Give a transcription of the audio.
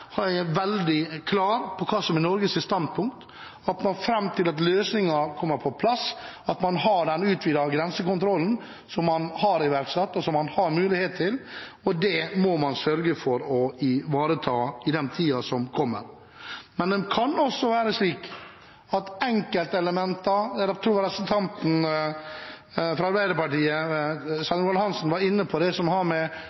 er veldig klar på hva som er Norges standpunkt, og at man fram til løsninger kommer på plass, har den utvidede grensekontrollen som man har iverksatt, og som man har mulighet til, og det må man sørge for å ivareta i tiden som kommer.